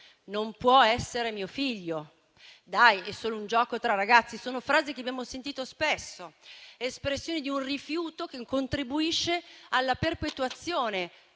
«Non può essere mio figlio», «dai, è solo un gioco tra ragazzi»: sono frasi che abbiamo sentito spesso, espressioni di un rifiuto che contribuisce alla perpetuazione